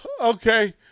okay